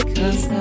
Cause